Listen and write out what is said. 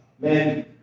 men